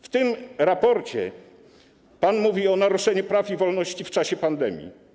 W tym raporcie pan mówi o naruszaniu praw i wolności w czasie pandemii.